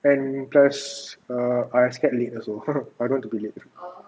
and plus err I scared late also I don't want to be late